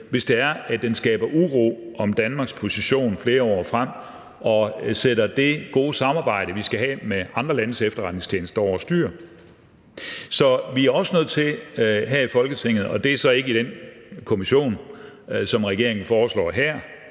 hvis de skaber uro om Danmarks position flere år frem og sætter det gode samarbejde, vi skal have med andre landes efterretningstjenester, over styr. Så vi er også nødt til her i Folketinget, og det er så ikke i den kommission, som regeringen foreslår her,